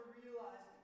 realize